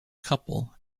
couple